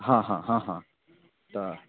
हँ हँ हँ हँ तऽ